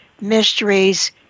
mysteries